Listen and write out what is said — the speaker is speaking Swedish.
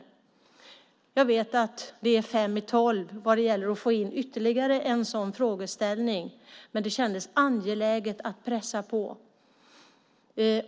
Jag vet att det är fem i tolv vad gäller att få in ytterligare en sådan frågeställning, men det kändes angeläget att pressa på.